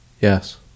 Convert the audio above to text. Yes